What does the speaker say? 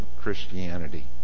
Christianity